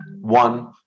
one